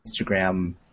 Instagram